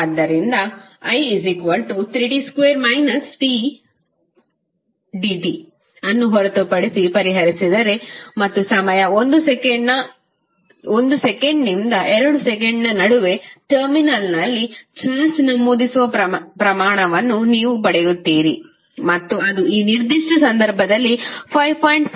ಆದ್ದರಿಂದ I dt ಅನ್ನು ಹೊರತುಪಡಿಸಿ ಪರಿಹರಿಸಿದರೆ ಮತ್ತು ಸಮಯ 1 ಸೆಕೆಂಡ್ನಿಂದ 2 ಸೆಕೆಂಡ್ನ ನಡುವೆ ಟರ್ಮಿನಲ್ನಲ್ಲಿ ಚಾರ್ಜ್ ನಮೂದಿಸುವ ಪ್ರಮಾಣವನ್ನು ನೀವು ಪಡೆಯುತ್ತೀರಿ ಮತ್ತು ಅದು ಈ ನಿರ್ದಿಷ್ಟ ಸಂದರ್ಭದಲ್ಲಿ 5